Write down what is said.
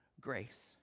grace